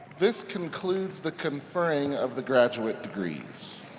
this concludes the conferring of the graduate degrees.